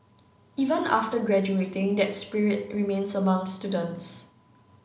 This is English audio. even after graduating that spirit remains among students